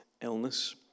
illness